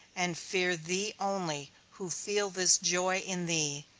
and fear thee only, who feel this joy in thee.